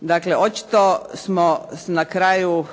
Dakle, očito smo na kraju